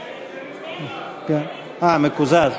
אה, מקוזז.